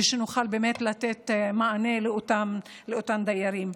ושנוכל באמת לתת מענה לאותם דיירים.